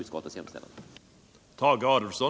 Jag yrkar bifall till utskottets hemställan.